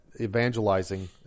Evangelizing